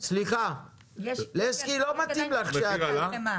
והמחיר עלה?